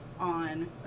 on